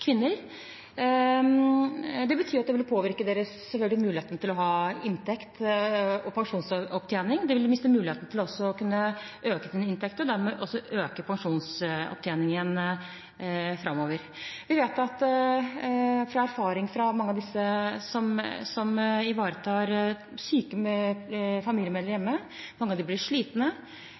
kvinner. Det betyr selvfølgelig at det vil påvirke deres mulighet til å ha inntekt og pensjonsopptjening. De vil også miste muligheten til å kunne øke sine inntekter og dermed også øke pensjonsopptjeningen framover. Ut fra erfaringen til mange av disse som ivaretar syke familiemedlemmer hjemme, vet vi at mange av dem blir slitne. De blir